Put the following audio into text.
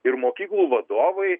ir mokyklų vadovai